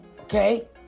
okay